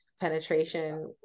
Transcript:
penetration